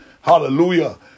Hallelujah